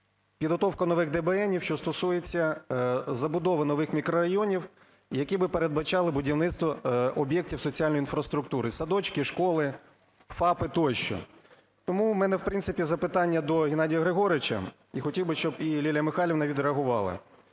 підготовка нових ДБНів, що стосується забудови нових мікрорайонів, які би передбачали будівництво об'єктів соціальної інфраструктури: садочки, школи, ФАПи тощо. Тому в мене, в принципі, запитання до Геннадія Григоровича, і хотів би, щоб і Лілія Михайлівна відреагувала.